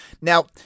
Now